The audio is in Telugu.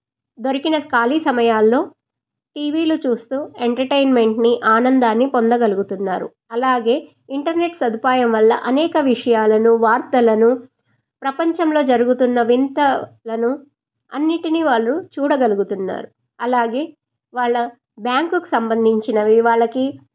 దొరికిన ఖాళీ సమయాల్లో టీవీలు చూస్తూ ఎంటర్టైన్మెంట్ని ఆనందాన్ని పొందగలుగుతున్నారు అలాగే ఇంటర్నెట్ సదుపాయం వల్ల అనేక విషయాలను వార్తలను ప్రపంచంలో జరుగుతున్న వింత లను అన్నిటిని వాళ్ళు చూడగలుగుతున్నారు అలాగే వాళ్ళ బ్యాంకుకు సంబంధించినవి వాళ్ళకి